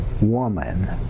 woman